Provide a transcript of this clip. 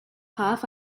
half